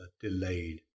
delayed